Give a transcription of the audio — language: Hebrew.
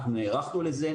אנחנו נערכנו לזה,